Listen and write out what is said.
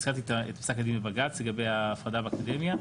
הזכרתי את פסק הדין בבג"ץ לגבי ההפרדה באקדמיה.